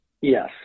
Yes